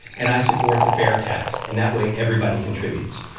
and i support the fair tax and that way everybody contributes.